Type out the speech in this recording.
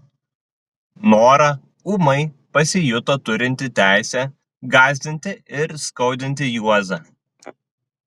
nora ūmai pasijuto turinti teisę gąsdinti ir skaudinti juozą